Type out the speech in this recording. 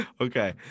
Okay